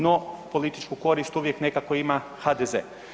No, političku korist uvijek nekako ima HDZ.